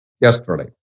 yesterday